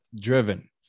driven